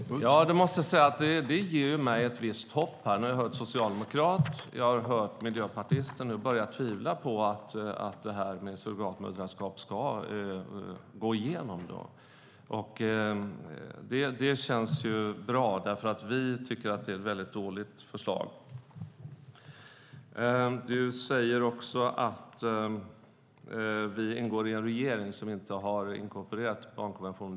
Herr talman! Jag måste säga att detta ger mig ett visst hopp. Jag har hört att socialdemokrater och miljöpartister nu börjar tvivla på att det här med surrogatmoderskap ska gå igenom. Det känns bra, därför att vi tycker att det är ett väldigt dåligt förslag. Du säger också att vi ingår i en regering som inte har inkorporerat barnkonventionen.